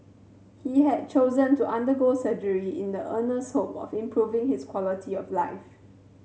he had chosen to undergo surgery in the earnest hope of improving his quality of life